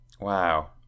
Wow